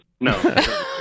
No